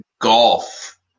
golf